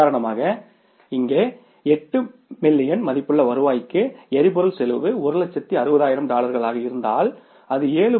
உதாரணமாக இங்கே 8 மில்லியன் மதிப்புள்ள வருவாய்க்கு எரிபொருள் செலவு 160000 டாலர்களாக இருந்தால் அது 7